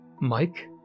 Mike